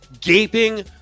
Gaping